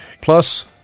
Plus